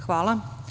Hvala.